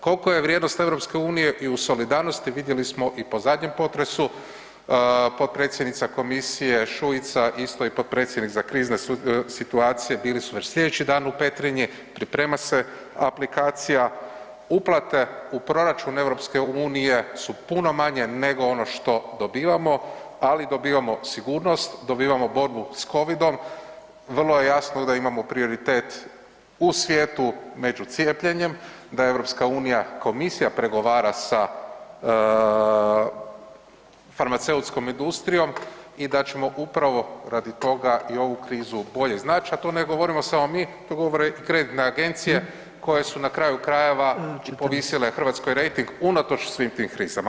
Koliko je vrijednost EU i u solidarnosti, vidjeli smo i po zadnjem potresu, potpredsjednica komisije Šuica isto i potpredsjednik za krizne situacije bili su već slijedeći dan u Petrinji, priprema se aplikacija, uplate u proračun EU-a su puno manje nego ono što dobivamo ali dobivamo sigurnost, dobivamo borbu s COVID-om, vrlo je jasno da imamo prioritet u svijetu među cijepljenjem, da EU, komisija pregovara sa farmaceutskom industrijom i da ćemo upravo radi toga i ovu krizu bolje iznaći, a to ne govorimo samo mi, to govore i kredite agencije koje su na kraju krajeva povisile Hrvatskoj rejting unatoč svim tim krizama.